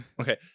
Okay